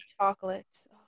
chocolates